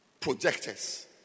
projectors